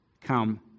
come